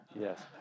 Yes